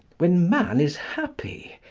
when man is happy,